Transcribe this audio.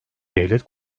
devlet